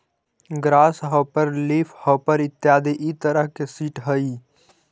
grass hopper leafhopper इत्यादि इ तरह के सीट हइ